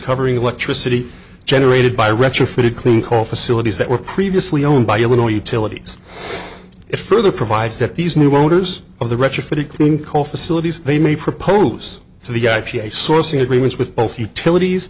covering electricity generated by retrofit clean coal facilities that were previously owned by illinois utilities it further provides that these new owners of the retrofit clean coal facilities they may propose to the i p a sourcing agreements with both utilities